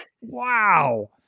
Wow